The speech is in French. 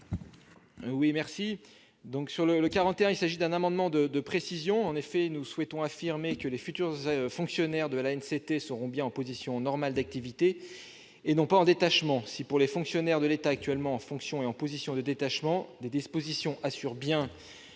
Guillaume Gontard. Il s'agit d'un amendement de précision. Nous souhaitons affirmer que les futurs fonctionnaires de l'ANCT seront bien en position normale d'activité, et non pas en détachement. Si, pour les fonctionnaires de l'État actuellement en fonction et en position de détachement, des dispositions assurent bien